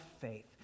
faith